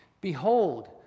Behold